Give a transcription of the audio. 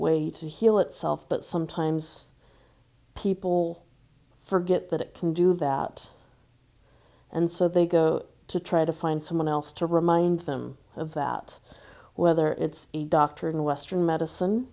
way to heal itself but sometimes people forget that it can do that and so they go to try to find someone else to remind them of that whether it's a doctor in western medicine